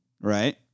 right